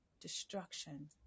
destruction